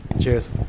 Cheers